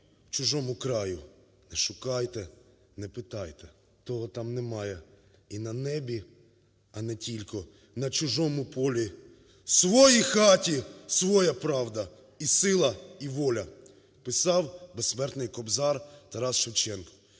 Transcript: У чужому краю не шукайте, не питайте того, там немає і на небі, а не тілько на чужому полі. В своїй хаті своя правда, і сила, і воля" – писав безсмертний Кобзар Тарас Шевченко.